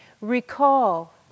recall